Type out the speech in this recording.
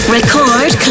Record